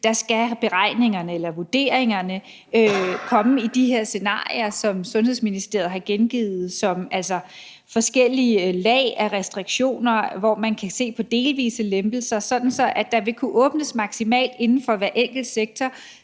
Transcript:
skal vurderingerne komme i forhold til de her scenarier, som Sundhedsministeriet har gengivet, altså forskellige lag af restriktioner, hvor man kan se på delvise lempelser, sådan at der vil kunne åbnes maksimalt inden for hver enkelt sektor,